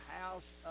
house